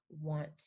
want